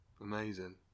Amazing